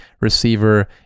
receiver